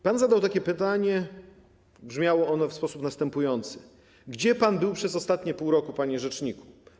Pan zadał takie pytanie, brzmiało ono w sposób następujący: Gdzie pan był przez ostatnie pół roku, panie rzeczniku?